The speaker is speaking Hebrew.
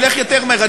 אני אלך יותר מהר,